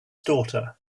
daughter